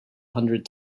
hundred